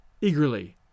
eagerly